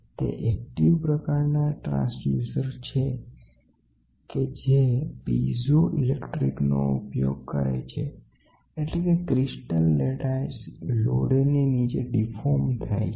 તે એક્ટિવ પ્રકારના ટ્રાન્સડ્યુસર છે કે જે પીજો ઈલેક્ટ્રીક અસરનો ઉપયોગ કરે છે અને તેના દ્વારા જ ક્રિસ્ટલ લેટાઇસ તમે અહી ક્વાર્ટઝ ક્રિસ્ટલ કહી શકો તે લોડ ની નીચે ડીફોર્મ થાય છે